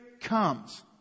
comes